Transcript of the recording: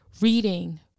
Reading